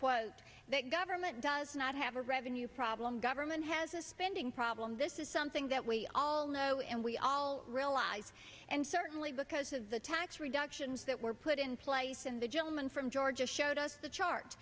up that government does not have a revenue problem government has a spending problem this is something that we all know and we all realize and certainly because of the tax reductions that were put in place in the gentleman from georgia showed us the chart